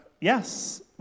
yes